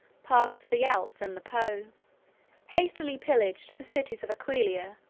passed the alps and the po hastily pillaged the cities of aquileia,